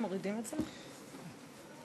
בתקווה שכשהוא יקום בבוקר שבט אחר ייעלם,